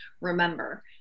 remember